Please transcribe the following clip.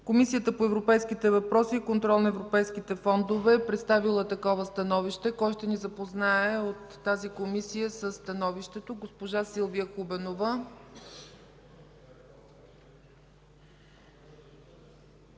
Комисията по европейските въпроси и контрол на европейските фондове е представила такова становище. Кой от тази комисия ще ни запознае със становището? Госпожа Силвия Хубенова.